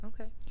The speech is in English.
Okay